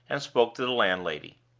and spoke to the landlady.